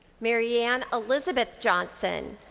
maryann elizabeth johnson.